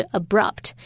abrupt